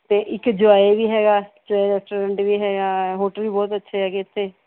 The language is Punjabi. ਅਤੇ ਇੱਕ ਜੁਆਏ ਵੀ ਹੈਗਾ ਰੈਸਟੋਰੈਂਟ ਵੀ ਹੈਗਾ ਹੋਟਲ ਵੀ ਬਹੁਤ ਅੱਛੇ ਹੈਗੇ ਇੱਥੇ